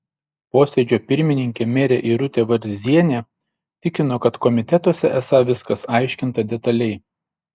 posėdžio pirmininkė merė irutė varzienė tikino kad komitetuose esą viskas aiškinta detaliai